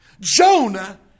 Jonah